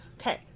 Okay